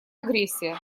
агрессия